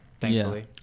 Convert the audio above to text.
thankfully